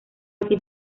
así